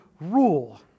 rule